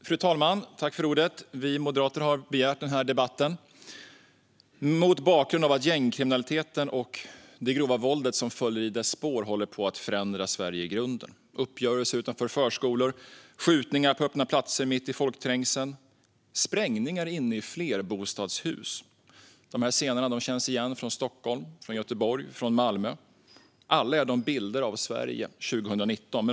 Fru talman! Vi moderater har begärt den här debatten mot bakgrund av att gängkriminaliteten och det grova våld som följer i dess spår håller på att förändra Sverige i grunden. Uppgörelser utanför förskolor, skjutningar på öppna platser mitt i folkträngseln, sprängningar inne i flerbostadshus - dessa scener känns igen från Stockholm, Göteborg och Malmö, och alla är de bilder av Sverige 2019.